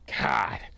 God